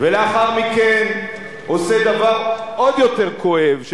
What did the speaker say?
ולאחר מכן עושה דבר עוד יותר כואב,